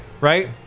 right